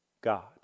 God